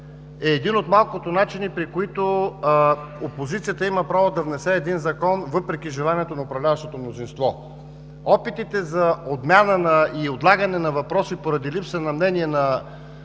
е един от малкото начини, при които опозицията има право да внесе един закон, въпреки желанието на управляващото мнозинство. Опитите за отмяна и отлагане на въпроси, поради липса на мнение и